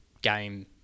game